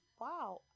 Wow